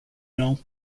know